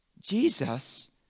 Jesus